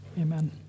amen